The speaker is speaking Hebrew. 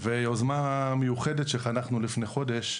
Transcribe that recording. ויוזמה מיוחדת שחנכנו לפני חודש,